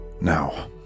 Now